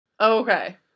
okay